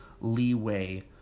leeway